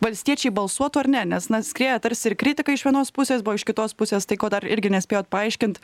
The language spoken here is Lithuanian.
valstiečiai balsuotų ar ne nes na skrieja tarsi ir kritika iš vienos pusės buvo iš kitos pusės tai ko dar irgi nespėjot paaiškint